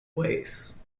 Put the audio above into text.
ways